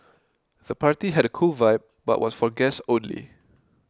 the party had a cool vibe but was for guests only